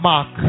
Mark